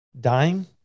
dying